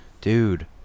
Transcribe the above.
Dude